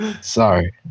sorry